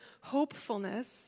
hopefulness